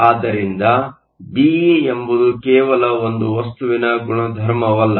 ಆದ್ದರಿಂದ Be ಎಂಬುದು ಕೇವಲ ಒಂದು ವಸ್ತುವಿನ ಗುಣಧರ್ಮವಲ್ಲ